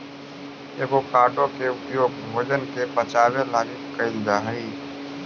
avocado के उपयोग भोजन के पचाबे लागी कयल जा हई